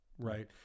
Right